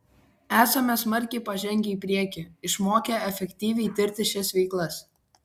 esame smarkiai pažengę į priekį išmokę efektyviai tirti šias veikas